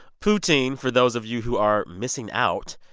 poutine, for those of you who are missing out,